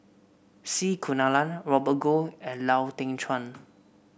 C Kunalan Robert Goh and Lau Teng Chuan